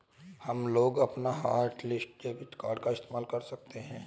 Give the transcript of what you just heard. हमलोग अपना hotlist debit card का इस्तेमाल कर सकते हैं